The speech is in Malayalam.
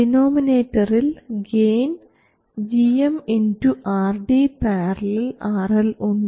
ഡിനോമിനേറ്ററിൽ ഗെയിൻ gm RD ║ RL ഉണ്ട്